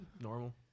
Normal